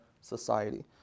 society